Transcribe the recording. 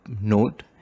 note